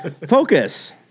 Focus